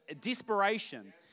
desperation